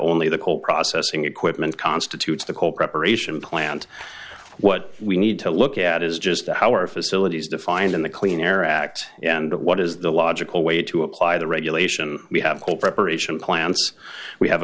only the coal processing equipment constitutes the coal preparation plant what we need to look at is just how our facilities defined in the clean air act and what is the logical way to apply the regulation we have no preparation plants we have